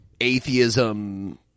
atheism